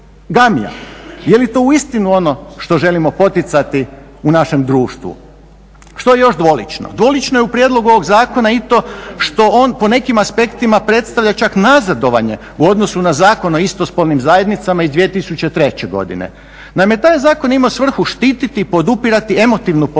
poligamija? Je li to uistinu ono što želimo poticati u našem društvu? Što je još dvolično? Dvolično je u prijedlogu ovog zakona i to što on po nekim aspektima predstavlja čak nazadovanje u odnosu na Zakon o istospolnim zajednicama iz 2003. godine. Naime, taj je zakon imao svrhu štititi i podupirati emotivnu povezanost